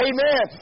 Amen